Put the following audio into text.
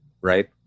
right